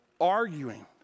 arguing